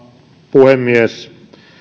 puhemies